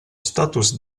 status